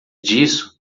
disso